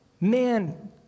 man